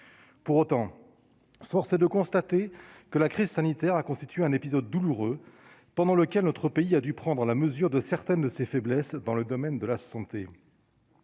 pour autant, force est de constater que la crise sanitaire a constitué un épisode douloureux pendant lequel notre pays a dû prendre la mesure de certaines de ses faiblesses dans le domaine de la santé,